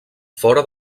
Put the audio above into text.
fora